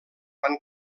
van